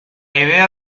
idea